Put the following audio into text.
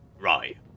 Right